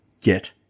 get